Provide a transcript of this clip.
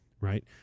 right